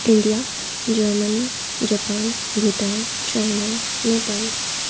India Germany Japan Bhutan China Nepal